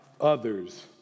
others